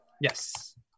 Yes